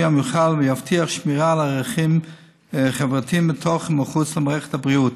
המיוחל ויבטיחו שמירה על ערכים חברתיים בתוך ומחוץ למערכת הבריאות.